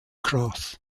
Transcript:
cross